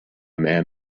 man